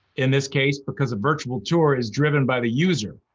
in this case, because a virtual tour is driven by the user.